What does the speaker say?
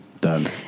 done